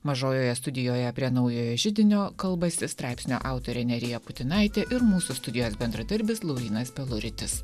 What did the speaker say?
mažojoje studijoje prie naujojo židinio kalbasi straipsnio autorė nerija putinaitė ir mūsų studijos bendradarbis laurynas peluritis